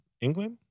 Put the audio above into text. England